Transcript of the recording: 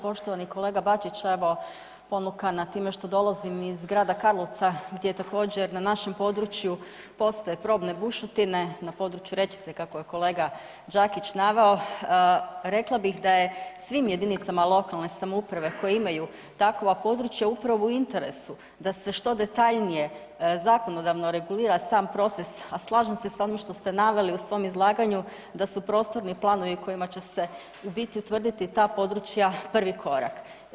Poštovani kolega Bačić, evo ponukana time što dolazim iz grada Karlovca gdje također na našem području postoje probne bušotine na području Rečice kako je kolega Đakić naveo, rekla bih da je svim jedinicama lokalne samouprave koje imaju takva područja upravo u interesu da se što detaljnije zakonodavno regulira sam proces, a slažem se s onim što ste naveli u svom izlaganju da su prostorni planovi kojima će se u biti utvrditi ta područja prvi korak.